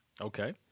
Okay